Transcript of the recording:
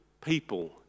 people